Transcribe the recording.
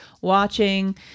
watching